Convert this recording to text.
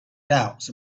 doubts